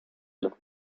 los